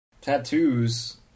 tattoos